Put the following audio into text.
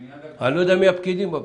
אני לא יודע מי הפקידים בבנק.